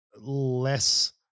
less